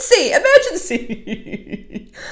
emergency